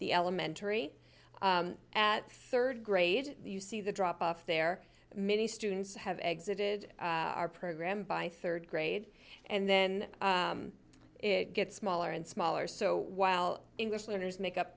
the elementary at rd grade you see the drop off there many students have exited our program by rd grade and then it gets smaller and smaller so while english learners make up